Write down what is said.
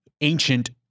ancient